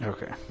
Okay